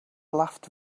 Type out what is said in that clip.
laughed